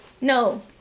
no